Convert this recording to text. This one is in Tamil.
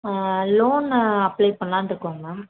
ஆ லோன் அப்ளை பண்ணலாம்ட்ருக்கோங்க மேம்